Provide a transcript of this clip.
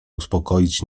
uspokoić